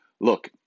look